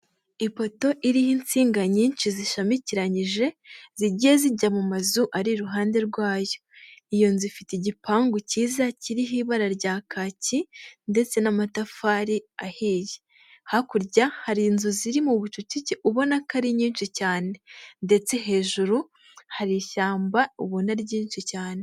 Ifoto iriho insinga nyinshi zishamikiranyije, zigiye zijya mu mazu ari iruhande rwayo. Iyo nzu ifite igipangu cyiza kiriho ibara rya kaki ndetse n'amatafari ahiye. Hakurya hari inzu ziri mu bucucike ubona ko ari nyinshi cyane. Ndetse hejuru hari ishyamba ubona ryinshi cyane.